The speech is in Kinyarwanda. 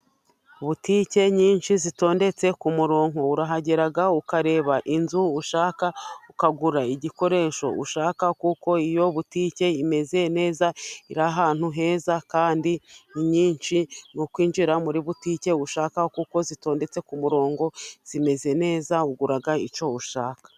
Butike nyinshi zitondetse ku murongo urahagera ukareba inzu ushaka ukagura igikoresho ushaka, kuko iyo butike imeze neza, iri ahantu heza, kandi ni nyinshi ni ukwinjira muri butike ushaka, kuko zitondetse ku murongo, zimeze neza ugura icyo ushaka.